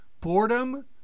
Boredom